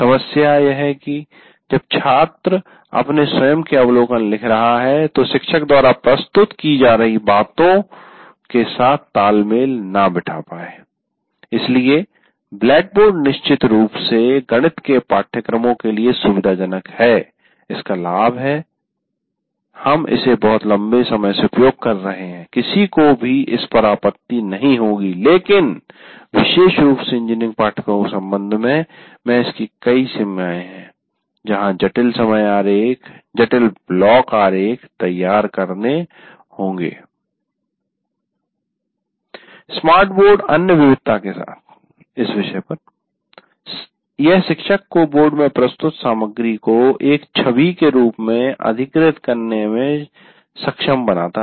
समस्या यह है कि जब छात्र अपने स्वयं के अवलोकन लिख रहा है तो वे शिक्षक द्वारा प्रस्तुत की जा रही बातों के साथ तालमेल न बिठा पाए इसलिए ब्लैकबोर्ड निश्चित रूप से गणित के पाठ्यक्रमों के लिए सुविधाजनक है इसका लाभ है हम इसे बहुत लंबे समय से उपयोग कर रहे हैं किसी को भी इस पर आपत्ति नहीं होगी लेकिन विशेष रूप से इंजीनियरिंग पाठ्यक्रमों के संबंध में इसकी कई सीमाएँ हैं जहाँ जटिल समय आरेख जटिल ब्लॉक आरेख तैयार करने होंगे स्मार्ट बोर्ड अन्य विविधता के साथ यह शिक्षक को बोर्ड में प्रस्तुत सामग्री को एक छवि के रूप में अधिग्रहित कैप्चर करने में सक्षम बनाता है